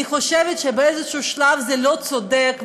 אני חושבת שבאיזה שלב זה לא צודק,